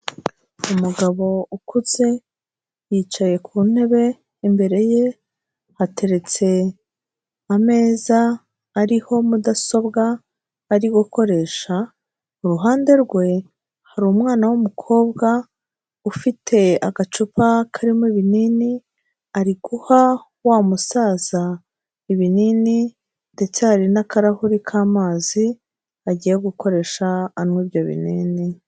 Umugabo ukuze yicaye ku ntebe, imbere ye hateretse ameza ariho mudasobwa ari gukoresha, iruhande rwe hari umwana w'umukobwa, ufite agacupa karimo ibinini ari guha wa musaza ibinini, ndetse hari n'akarahuri k'amazi agiye gukoresha anywa ibyo binini.